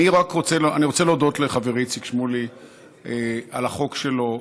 אני רוצה להודות לחברי איציק שמולי על החוק שלו.